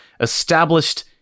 established